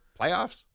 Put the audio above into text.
Playoffs